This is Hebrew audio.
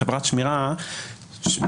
חברת שמירה עבריינית,